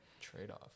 trade-off